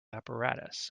apparatus